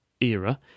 era